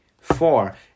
four